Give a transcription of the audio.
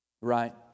Right